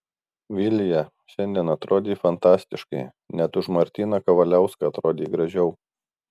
vilija šiandien atrodei fantastiškai net už martyną kavaliauską atrodei gražiau